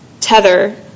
tether